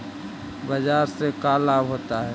बाजार से का लाभ होता है?